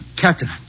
Captain